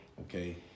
okay